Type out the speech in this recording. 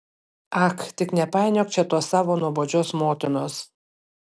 ak tik nepainiok čia tos savo nuobodžios motinos